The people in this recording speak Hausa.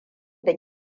da